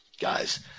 Guys